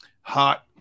hot